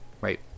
right